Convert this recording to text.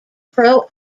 pro